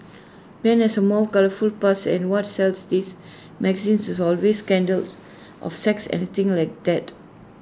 Ben has A more colourful past and what sells these magazines is always scandals of sex anything like that